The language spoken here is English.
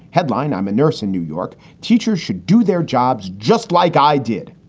headline i'm a nurse in new york. teachers should do their jobs just like i did.